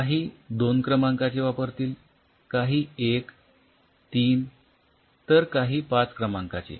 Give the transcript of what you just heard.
काही २ क्रमांकाचे वापरतील काही १ ३ तर काही ५ क्रमांकाचे